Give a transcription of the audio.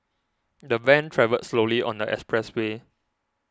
the van travelled slowly on the expressway